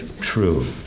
true